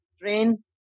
train